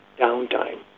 downtime